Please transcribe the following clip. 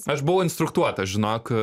aš buvau instruktuotas žinok